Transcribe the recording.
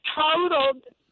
totaled